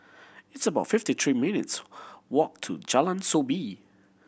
it's about fifty three minutes' walk to Jalan Soo Bee